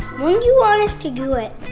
when do you want us to do it?